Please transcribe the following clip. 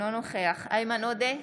אינו נוכח איימן עודה,